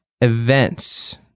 events